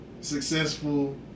successful